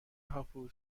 هاپو